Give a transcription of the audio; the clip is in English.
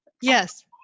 yes